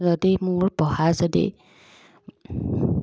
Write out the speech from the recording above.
যদি মোৰ পঢ়া যদি